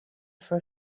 for